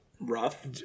rough